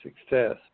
success